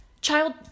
Child